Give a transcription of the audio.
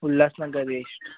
Ulhasnagar East